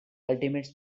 ultimate